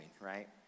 right